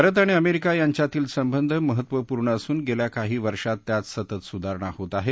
भारत आणि अमरिक्रिा यांच्यातील संबंध महत्वपूर्ण असून गस्त्रा काही वर्षात त्यात सतत सुधारणा होत आह